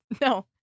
No